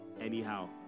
anyhow